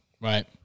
Right